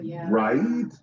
right